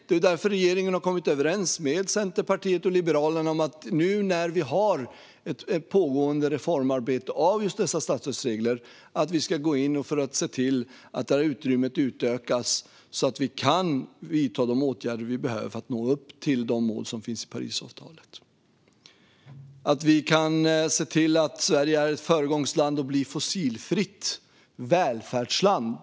Det är därför regeringen har kommit överens med Centerpartiet och Liberalerna om att vi, nu när vi har ett pågående reformarbete av statsstödsreglerna, ska gå in för att se till att utrymmet utökas så att vi kan vidta de åtgärder som vi behöver för att nå målen i Parisavtalet och för att se till att Sverige är ett föregångsland och blir ett fossilfritt välfärdsland.